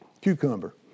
Cucumber